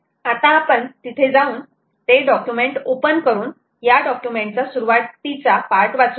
आता आपण तिथे जाऊन ते डॉक्युमेंट ओपन करून या डॉक्युमेंट चा सुरुवातीचा पार्ट वाचू यात